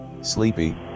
sleepy